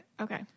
Okay